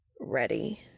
Ready